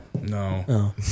No